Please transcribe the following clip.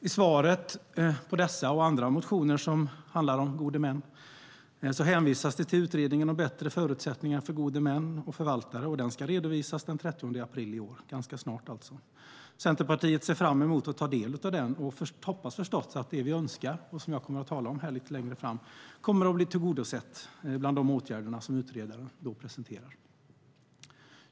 I svaret på dessa och andra motioner som handlar om gode män hänvisas det till Utredningen om bättre förutsättningar för gode män och förvaltare. Och den ska redovisa sitt uppdrag den 30 april i år, ganska snart alltså. Centerpartiet ser fram emot att ta del av den redovisningen och hoppas förstås att det vi önskar och som jag kommer att tala om lite längre fram kommer att bli tillgodosett bland de åtgärder som utredaren då presenterar.